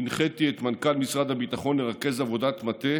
הנחיתי את מנכ"ל משרד הביטחון לרכז עבודת מטה